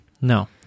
No